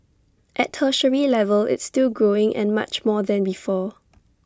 at tertiary level it's still growing and much more than before